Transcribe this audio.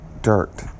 dirt